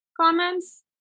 comments